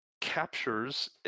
captures